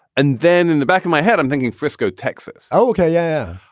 and then in the back in my head, i'm thinking frisco, texas oh, okay. yeah,